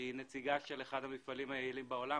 שהיא נציגה של אחד המפעלים היעילים בעולם,